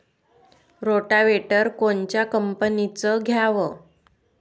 Rotavator कोनच्या कंपनीचं घ्यावं?